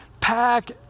pack